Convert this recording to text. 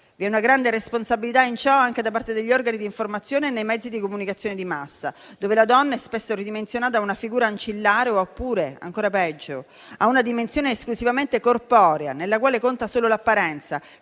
Vi è una grande responsabilità in ciò anche da parte degli organi di informazione e dei mezzi di comunicazione di massa, dove la donna è spesso ridimensionata a una figura ancillare oppure, ancora peggio, a una dimensione esclusivamente corporea nella quale conta solo l'apparenza,